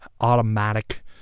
automatic